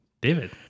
David